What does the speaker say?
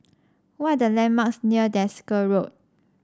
what are the landmarks near Desker Road